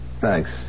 thanks